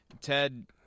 Ted